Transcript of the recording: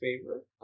favor